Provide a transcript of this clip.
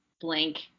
blank